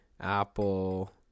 Apple